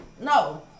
No